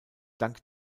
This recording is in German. dank